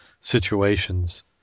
situations